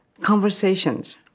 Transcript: Conversations